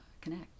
connect